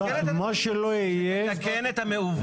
מה שלא יהיה, היא תתקן את המעוות.